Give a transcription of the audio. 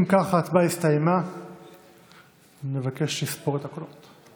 אם כך, ההצבעה הסתיימה ונבקש לספור את הקולות.